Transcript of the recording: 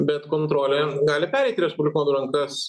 bet kontrolė gali pereit į respublikonų rankas